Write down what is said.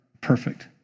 perfect